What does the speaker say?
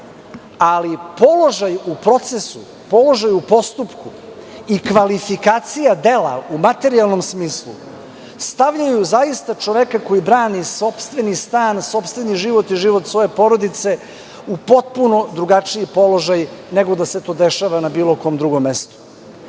ali položaj u procesu, položaj u postupku i kvalifikacija dela u materijalnom smislu, stavljaju zaista čoveka koji brani sopstveni stan, sopstveni život i život svoje porodice u potpuno drugačiji položaj nego da se to dešava na bilo kom drugom mestu.